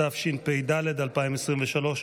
התשפ"ד 2023,